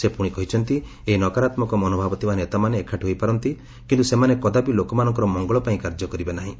ସେ ପୁଣି କହିଛନ୍ତି ଏହି ନକାରାତ୍ମକ ମନୋଭାବ ଥିବା ନେତାମାନେ ଏକାଠି ହୋଇପାରନ୍ତି କିନ୍ତୁ ସେମାନେ କଦାପି ଲୋକମାନଙ୍କର ମଙ୍ଗଳ ପାଇଁ କାର୍ଯ୍ୟ କରିବେନାହିଁ